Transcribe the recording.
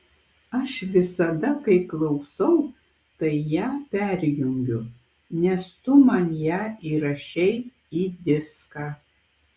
aš visada kai klausau tai ją perjungiu nes tu man ją įrašei į diską